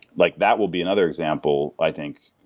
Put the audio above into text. like that will be another example, i think,